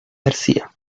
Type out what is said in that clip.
garcía